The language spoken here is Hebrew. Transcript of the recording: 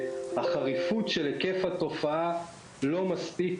החריפות של היקף התופעה לא עולה מספיק